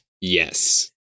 yes